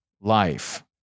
life